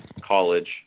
college